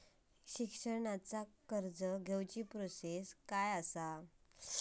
शिक्षणाची कर्ज घेऊची प्रोसेस काय असा?